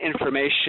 information